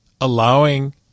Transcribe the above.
allowing